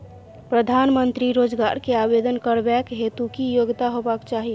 प्रधानमंत्री रोजगार के आवेदन करबैक हेतु की योग्यता होबाक चाही?